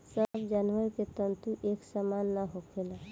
सब जानवर के तंतु एक सामान ना होखेला